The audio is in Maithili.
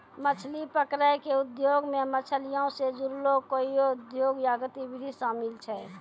मछली पकरै के उद्योगो मे मछलीयो से जुड़लो कोइयो उद्योग या गतिविधि शामिल छै